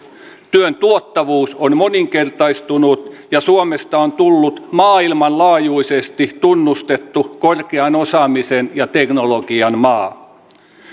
työn tuottavuus on moninkertaistunut ja suomesta on tullut maailmanlaajuisesti tunnustettu korkean osaamisen ja teknologian maa